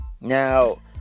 Now